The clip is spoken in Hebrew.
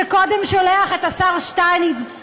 שקודם שולח את השר שטייניץ,